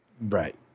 Right